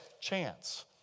chance